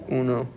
uno